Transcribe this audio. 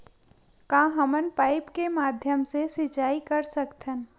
का हमन पाइप के माध्यम से सिंचाई कर सकथन?